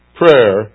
prayer